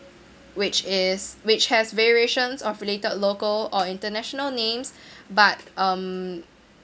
which is which has variations of related local or international names but um